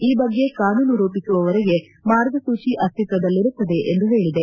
ಈ ಬಗ್ಗೆ ಕಾನೂನು ರೂಪಿಸುವವರೆಗೆ ಮಾರ್ಗಸೂಚಿ ಅಸ್ತಿತ್ವದಲ್ಲಿರುತ್ತದೆ ಎಂದು ಹೇಳಿದೆ